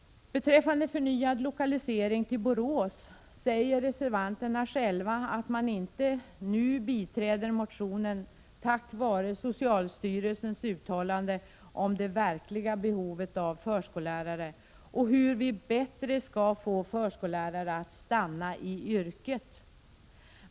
Beträffande förnyad lokalisering till Borås säger reservanterna själva att de inte nu biträder yrkandet i motionen, tack vare socialstyrelsens uttalande om det verkliga behovet av förskollärare och om hur vi bättre skall få förskollärare att stanna i yrket.